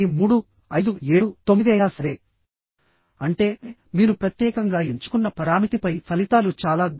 ఇందులో ఏది తక్కువగా ఉంటే అది అత్యంత క్రిటికల్ వన్ అవుతుంది